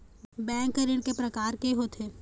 Bank ऋण के प्रकार के होथे?